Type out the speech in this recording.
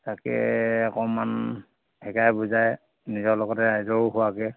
তাকে অকণমান শিকাই বুজাই নিজৰ লগতে ৰাইজৰো হোৱাকে